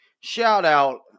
shout-out